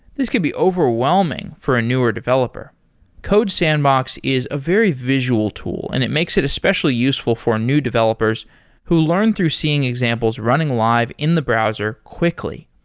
this could be overwhelming for a newer developer codesandbox is a very visual tool and it makes it especially useful for new developers who learn through seeing examples running live in the browser quickly.